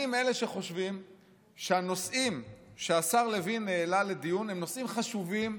אני מאלה שחושבים שהנושאים שהשר לוין העלה לדיון הם נושאים חשובים,